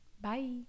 Bye